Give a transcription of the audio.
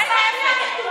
אין ההפך.